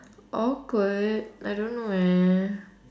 awkward I don't know eh